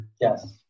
yes